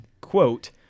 quote